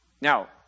Now